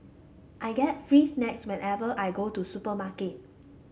I get free snacks whenever I go to supermarket